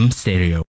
stereo